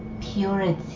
purity